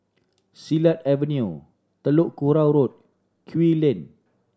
Silat Avenue Telok Kurau Road Kew Lane